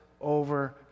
over